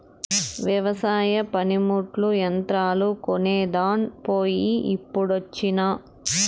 వెవసాయ పనిముట్లు, యంత్రాలు కొనేదాన్ పోయి ఇప్పుడొచ్చినా